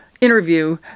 interview